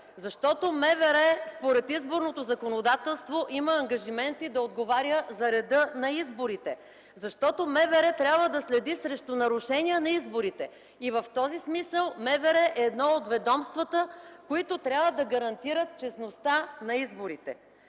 Защото МВР, според изборното законодателство, има ангажименти да отговаря за реда на изборите. Защото МВР трябва да следи срещу нарушения на изборите и в този смисъл МВР е едно от ведомствата, които трябва да гарантират честността на изборите.